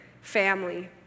family